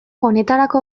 honetarako